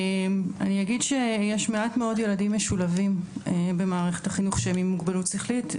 יש מעט מאוד ילדים משולבים במערכת החינוך עם מוגבלות שכלית.